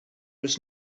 was